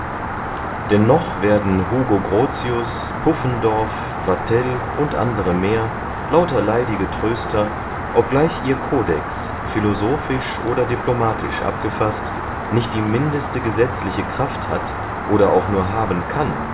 noch werden hugo grotius puffendorf vattell u a m lauter leidige tröster obgleich ihr codex philosophisch oder diplomatisch abgefaßt nicht die mindeste gesetzliche kraft hat oder auch nur haben kann